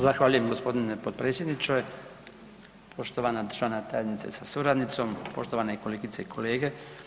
Zahvaljujem g. potpredsjedniče, poštovana državna tajnice sa suradnicom, poštovane kolegice i kolege.